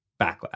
backlash